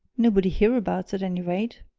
nobody hereabouts, at any rate,